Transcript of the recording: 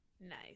Nice